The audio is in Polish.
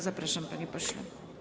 Zapraszam, panie pośle.